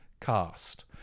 cast